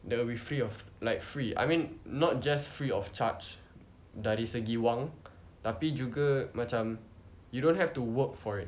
that will be free of like free I mean not just free of charge dari segi wang tapi juga macam you don't have to work for it